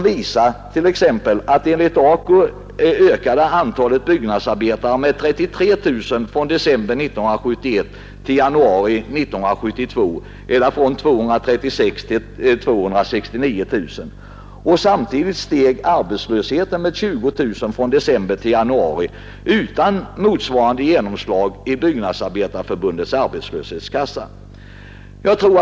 Enligt AK-undersökningen ökade antalet byggnadsarbetare med 33 000 från december 1971 till januari 1972, eller från 236 000 till 269 000. Samtidigt steg arbetslösheten med 20 000 från december till januari utan motsvarande genomslag i Byggnadsarbetareförbundets arbetslöshetskassa.